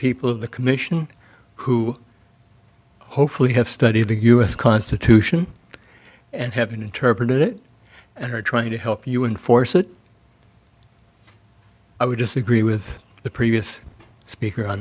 people of the commission who hopefully have studied the u s constitution and have interpreted it and are trying to help you and force it i would disagree with the previous speaker on